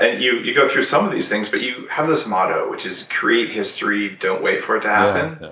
you you go through some of these things, but you have this motto, which is, create history. don't wait for it to happen.